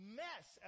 mess